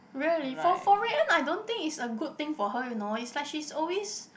really for for Rui-En I don't think is a good thing for her you know is like she always